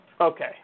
Okay